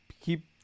keep